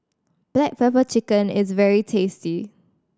black pepper chicken is very tasty